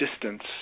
distance